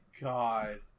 god